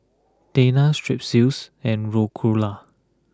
Tena Strepsils and Ricola